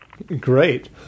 Great